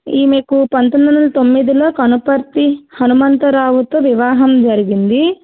ఈమెకు పంతొమ్మిదివందల తొమ్మిదిలో కనపర్తి హనుమంతరావుతో వివాహం జరిగింది